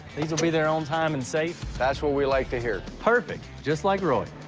these'll be there on time and safe. that's what we like to hear. perfect, just like roy.